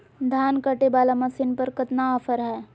धान कटे बाला मसीन पर कतना ऑफर हाय?